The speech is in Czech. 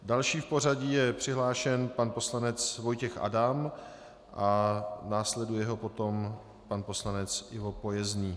Další v pořadí je přihlášen pan poslanec Vojtěch Adam a následuje ho potom pan poslanec Ivo Pojezný.